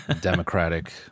democratic